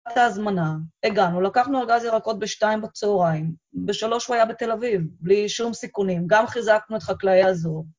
את ההזמנה, הגענו, לקחנו על גז ירקות בשתיים בצהריים, בשלוש הוא היה בתל אביב, בלי שום סיכונים, גם חיזקנו את חקלאי האזור.